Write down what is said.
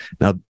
Now